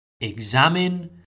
Examine